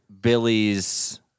Billy's